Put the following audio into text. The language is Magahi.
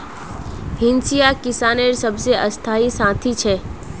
हंसिया किसानेर सबसे स्थाई साथी छे